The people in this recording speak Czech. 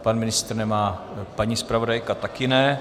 Pan ministr nemá, paní zpravodajka také ne.